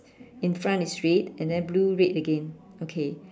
in front is red and then blue red again okay